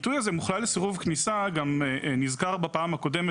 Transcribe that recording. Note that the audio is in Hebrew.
זה לב העניין